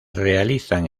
realizan